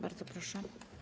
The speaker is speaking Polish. Bardzo proszę.